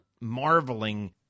marveling